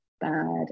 bad